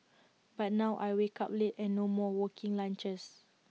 but now I wake up late and no more working lunches